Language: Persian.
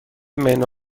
منو